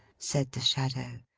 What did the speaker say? said the shadow.